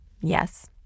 Yes